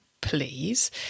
please